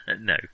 No